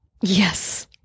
Yes